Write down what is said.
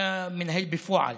אתה מנהל בפועל,